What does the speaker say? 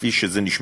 מכפי שהוא נשמע: